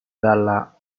dalla